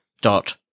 dot